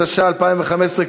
התשע"ה 2015,